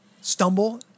stumble